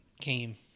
came